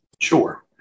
Sure